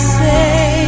say